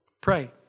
pray